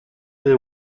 they